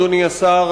אדוני השר,